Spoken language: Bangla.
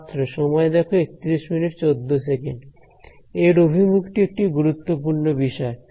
ছাত্র সময় দেখো3114 এর অভিমুখটি একটি গুরুত্বপূর্ণ বিষয়